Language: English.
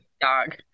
dog